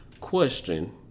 Question